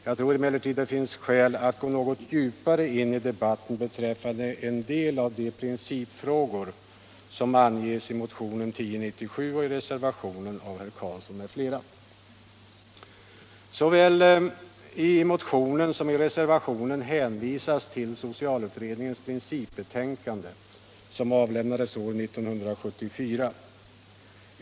Jag tror emellertid att det finns skäl att gå något djupare in i debatten beträffande en del av de principfrågor som anges i motionen 1097 och i reservationen av herr Karlsson i Huskvarna m.fl. Såväl i motionen som i reservationen hänvisas till socialutredningens principbetänkande som avlämnades år 1974.